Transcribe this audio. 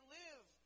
live